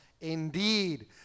Indeed